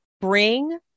Bring